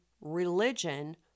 religion